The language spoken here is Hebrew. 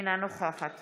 אינה נוכחת